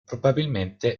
probabilmente